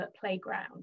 playground